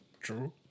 True